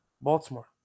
Baltimore